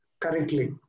correctly